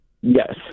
Yes